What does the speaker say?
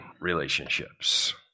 relationships